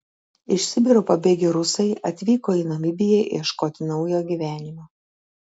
iš sibiro pabėgę rusai atvyko į namibiją ieškoti naujo gyvenimo